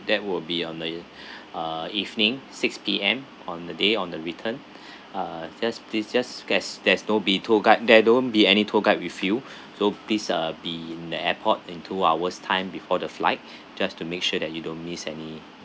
that will be on the uh evening six P_M on the day on the return uh just this just scares there's no be tour guide there don't be any tour guide with you so please uh be in the airport in two hours time before the flight just to make sure that you don't miss any